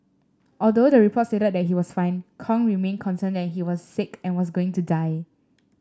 although the report stated he was fine Kong remained concerned that he was sick and was going to die